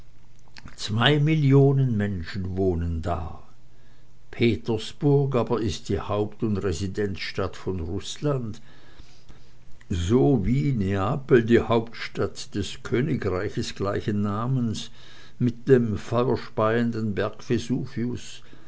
zwei millionen menschen wohnen da petersburg aber ist die haupt und residenzstadt von rußland so wie neapel die hauptstadt des königreiches gleichen namens mit dem feuerspeienden